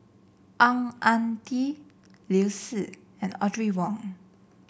Ang Ah Tee Liu Si and Audrey Wong